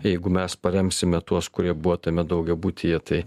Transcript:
jeigu mes paremsime tuos kurie buvo tame daugiabutyje tai